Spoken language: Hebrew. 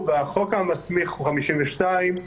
החוק המסמיך הוא 52,